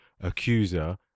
accuser